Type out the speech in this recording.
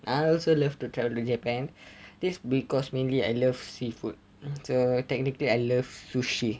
I also love to travel to japan this because mainly I love seafood so technically I love sushi